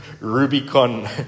Rubicon